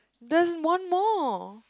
there's one more